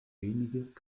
wenig